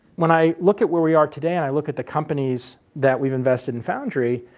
when i look at where we are today, and i look at the companies that we've invested in foundry,